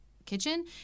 kitchen